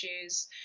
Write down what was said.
issues